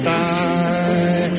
die